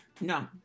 no